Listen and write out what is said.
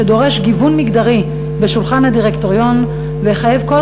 שדורש גיוון מגדרי בשולחן הדירקטוריון ויחייב כל